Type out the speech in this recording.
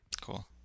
cool